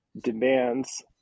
demands